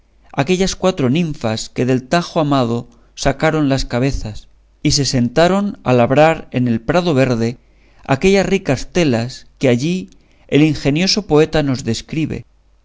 aquellas cuatro ninfas que del tajo amado sacaron las cabezas y se sentaron a labrar en el prado verde aquellas ricas telas que allí el ingenioso poeta nos describe